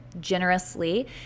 Generously